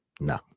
No